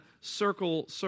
circle